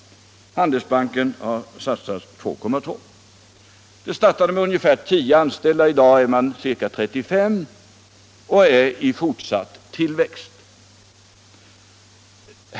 Handelsbanken har satsat 2,2 milj.kr. Företaget startade med ungefär tio anställda. I dag är de anställda ca 35, och företaget befinner sig i fortsatt tillväxt.